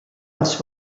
dels